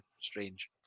strange